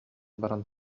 баран